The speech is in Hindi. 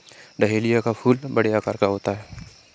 डहेलिया का फूल बड़े आकार का होता है